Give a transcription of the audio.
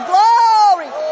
Glory